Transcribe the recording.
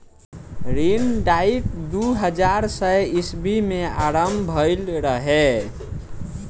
ऋण डाइट दू हज़ार छौ ईस्वी में आरंभ भईल रहे